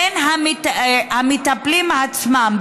בין המטפלים עצמם,